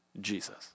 Jesus